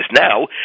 now